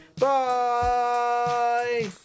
Bye